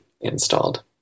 installed